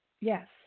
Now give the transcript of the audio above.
Yes